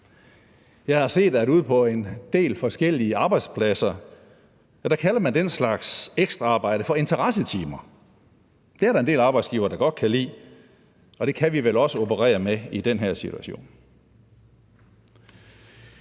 Jeg har set, at ude på en del forskellige arbejdspladser kalder man den slags ekstraarbejde for interessetimer. Det er der en del arbejdsgivere, der godt kan lide, og det kan vi vel også operere med i den her situation.